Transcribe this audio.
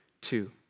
two